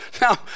Now